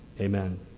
amen